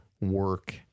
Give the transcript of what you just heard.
work